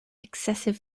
excessive